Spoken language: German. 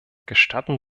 gestatten